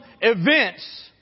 events